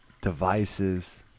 devices